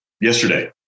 yesterday